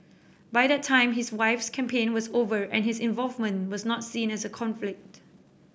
by that time his wife's campaign was over and his involvement was not seen as a conflict